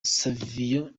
savio